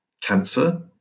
cancer